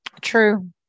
True